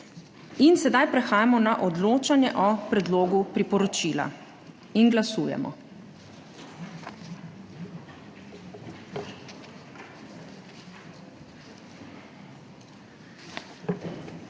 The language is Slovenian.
vloženi. Prehajamo na odločanje o Predlogu priporočila. Glasujemo.